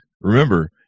remember